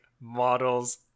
models